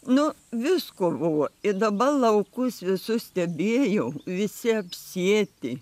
nu visko buvo ir dabar laukus visus stebėjau visi apsėti